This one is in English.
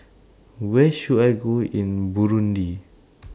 Where should I Go in Burundi